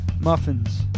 muffins